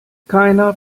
keiner